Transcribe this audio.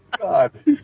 God